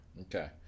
Okay